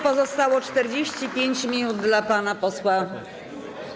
Pozostało 45 minut dla pana posła.